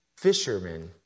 Fishermen